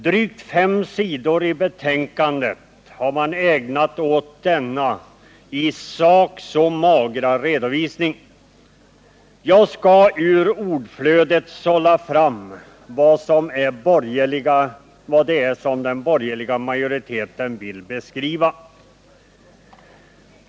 Drygt fem sidor i betänkandet har man ägnat åt denna i sak så magra redovisning. Jag skall ur ordflödet sålla fram vad den borgerliga majoriteten vill beskriva.